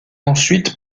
ensuite